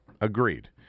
agreed